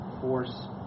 force